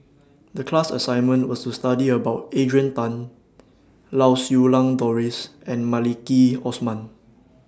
The class assignment was to study about Adrian Tan Lau Siew Lang Doris and Maliki Osman